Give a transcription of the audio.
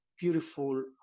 beautiful